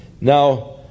Now